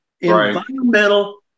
environmental